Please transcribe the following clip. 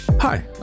Hi